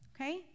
Okay